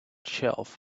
shelf